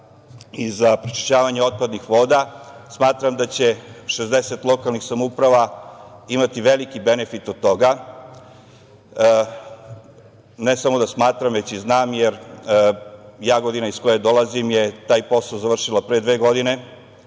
i za prečišćavanje otpadnih voda, smatram da će 60 lokalnih samouprava imate veliki benefit od toga. Ne samo da smatram, već i znam, jer Jagodina, iz koje dolazim, je taj posao završila pre dve godine.